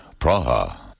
Praha